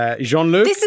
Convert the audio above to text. Jean-Luc